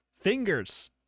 Fingers